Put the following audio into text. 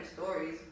stories